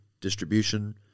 distribution